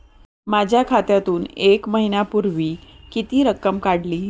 माझ्या खात्यातून एक महिन्यापूर्वी किती रक्कम काढली?